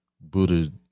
booted